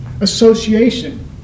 Association